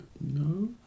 No